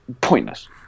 Pointless